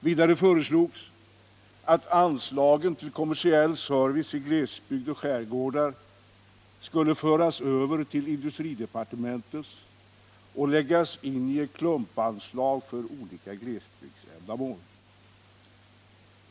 Vidare föreslogs att anslagen till kommersiell service i glesbygd och skärgårdar skulle föras över till industridepartementet och läggas in i ett klumpanslag för olika glesbygdsändamål.